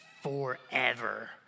forever